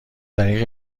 طریق